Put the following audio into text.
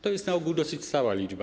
To jest na ogół dosyć stała liczba.